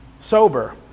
sober